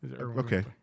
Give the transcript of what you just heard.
Okay